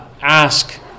ask